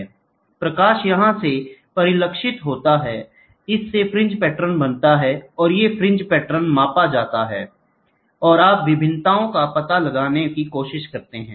प्रकाश यहाँ से परिलक्षित होता है इससे फ्रिंज पैटर्न बनता है और ये फ्रिंज पैटर्न मापा जाता है और आप विभिन्नताओं का पता लगाने की कोशिश करते हैं